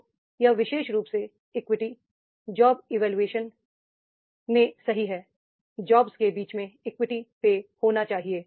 तो यह विशेष रूप से इक्विटी जॉब इवोल्यूशन में सही है जॉब्स के बीच में इक्विटी पे होना चाहिए